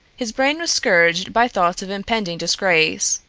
his brain was scourged by thoughts of impending disgrace.